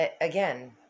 again